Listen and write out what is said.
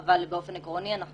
אבל באופן עקרוני אנחנו